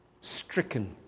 stricken